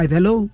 Hello